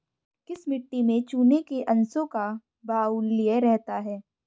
किस मिट्टी में चूने के अंशों का बाहुल्य रहता है?